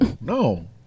no